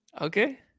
Okay